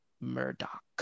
murdoch